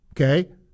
Okay